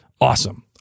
Awesome